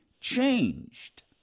changed